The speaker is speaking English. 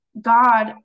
God